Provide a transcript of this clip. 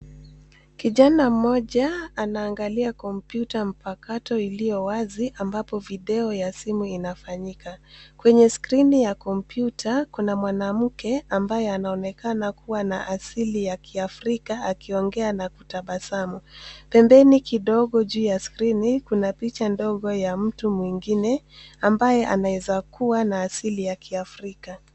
Kijana mmoja anaangalia kompyuta mpakato iliyo wazi ambapo video ya simu inafanyika. Kwenye skrini ya kompyuta, kuna mwanamke ambaye anaonekana kuwa ana asili ya kiafrika akiongea na kutabasamu. Pembeni kidogo juu ya skrini, kuna picha ndogo ya mtu mwingine ambaye anaweza kuwa na asili ya kiafrika.